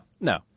no